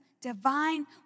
Divine